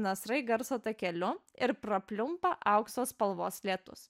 nasrai garso takeliu ir prapliumpa aukso spalvos lietus